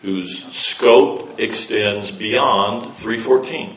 whose scope extends beyond three fourteen